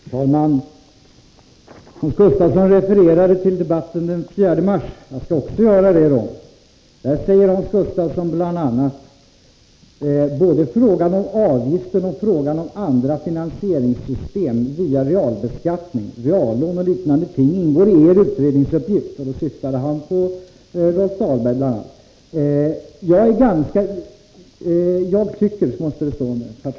Herr talman! Eftersom Hans Gustafsson refererar till debatten den 4 mars, skall jag också göra det. Då sade Hans Gustafsson bl.a.: ”Både frågan om avgiften och frågan om andra finansieringssystem via realbeskattning, reallån och liknande ting ingår i er utredningsuppgift.” Då syftade han bl.a. på Rolf Dahlberg.